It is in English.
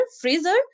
freezer